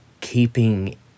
keeping